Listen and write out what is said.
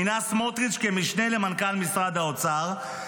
מינה סמוטריץ כמשנה למנכ"ל משרד האוצר,